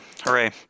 Hooray